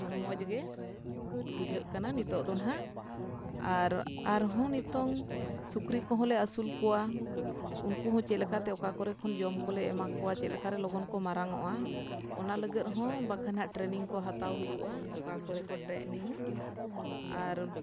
ᱢᱚᱡᱽ ᱜᱮ ᱵᱩᱡᱷᱟᱹᱜ ᱠᱟᱱᱟ ᱱᱤᱛᱳᱜ ᱫᱚ ᱱᱟᱜ ᱟᱨ ᱟᱨᱦᱚᱸ ᱱᱤᱛᱳᱜ ᱥᱩᱠᱨᱤ ᱠᱚᱦᱚᱸ ᱞᱮ ᱟᱹᱥᱩᱞ ᱠᱚᱣᱟ ᱩᱱᱠᱩ ᱦᱚᱸ ᱪᱮᱫ ᱞᱮᱠᱟᱛᱮ ᱚᱠᱟ ᱠᱚᱨᱮ ᱠᱷᱚᱱ ᱡᱚᱢ ᱠᱚᱞᱮ ᱮᱢᱟ ᱠᱚᱣᱟ ᱪᱮᱫᱞᱮᱠᱟ ᱨᱮ ᱞᱚᱜᱚᱱ ᱠᱚ ᱢᱟᱨᱟᱝᱚᱜᱼᱟ ᱚᱱᱟ ᱞᱟᱹᱜᱤᱫ ᱦᱚᱸ ᱵᱟᱠᱷᱟᱱ ᱦᱟᱸᱜ ᱴᱨᱮᱱᱤᱝ ᱠᱚ ᱦᱟᱛᱟᱣ ᱦᱩᱭᱩᱜᱼᱟ ᱚᱠᱟ ᱠᱚᱨᱮ ᱠᱚ ᱴᱨᱮᱱᱤᱝ ᱟ ᱟᱨ